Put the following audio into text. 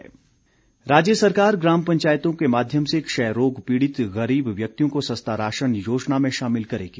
वीरेन्द्र कंवर राज्य सरकार ग्राम पंचायतों के माध्यम से क्षयरोग पीड़ित गरीब व्यक्तियों को सस्ता राशन योजना में शामिल करेगी